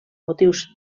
motius